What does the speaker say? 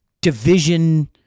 division